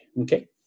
Okay